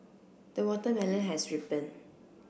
the watermelon has ripened